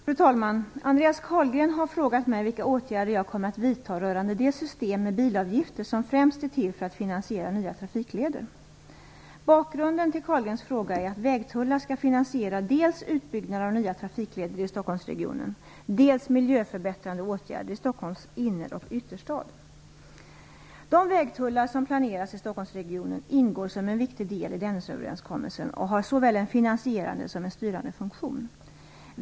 Fru talman! Andreas Carlgren har frågat mig vilka åtgärder jag kommer att vidta rörande det system med bilavgifter som främst är till för att finansiera nya trafikleder. Bakgrunden till Carlgrens fråga är att vägtullar skall finansiera dels utbyggnaden av nya trafikleder i De vägtullar som planeras i Stockholmsregionen ingår som en viktig del i Dennisöverenskommelsen och har såväl en finansierande som en styrande funktion.